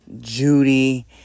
Judy